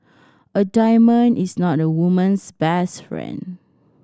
a diamond is not a woman's best friend